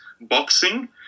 Boxing